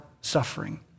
suffering